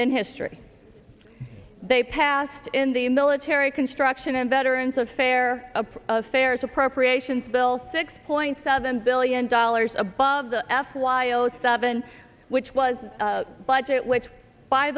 in history they passed in the military construction and veterans affair affairs appropriations bill six point seven billion dollars above the f while seven which was budget which by